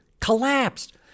collapsed